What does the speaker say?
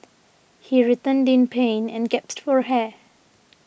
he writhed in pain and gasped for air